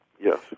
Yes